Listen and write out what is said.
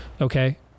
Okay